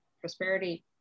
Prosperity